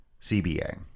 CBA